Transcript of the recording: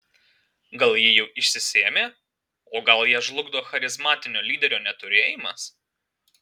gal ji jau išsisėmė o gal ją žlugdo charizmatinio lyderio neturėjimas